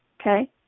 Okay